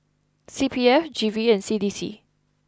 C P F G V and C D C